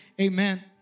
amen